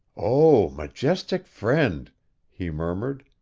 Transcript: o majestic friend he murmured,